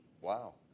Wow